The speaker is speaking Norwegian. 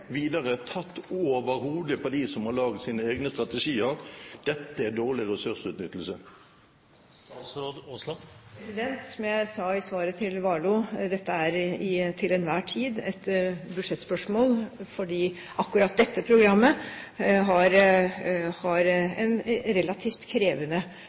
videre tatt over hodet på dem som har laget sine egne strategier? Dette er dårlig ressursutnyttelse! Som jeg sa i svaret til Warloe: Dette er til enhver tid et budsjettspørsmål, fordi akkurat dette programmet har en relativt krevende